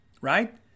right